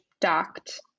docked